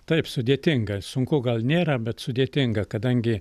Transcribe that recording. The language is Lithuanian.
taip sudėtinga sunku gal nėra bet sudėtinga kadangi